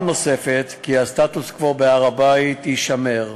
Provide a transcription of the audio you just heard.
נוספת כי הסטטוס-קוו בהר-הבית יישמר.